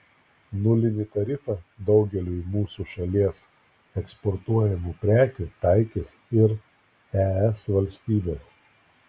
nulinį tarifą daugeliui mūsų šalies eksportuojamų prekių taikys ir es valstybės